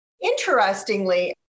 Interestingly